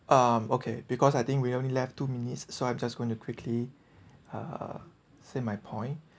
um okay because I think we only left two minutes so I'm just going to quickly uh say my point